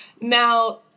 Now